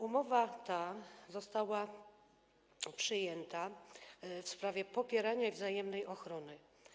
Umowa ta została przyjęta w sprawie popierania i wzajemnej ochrony.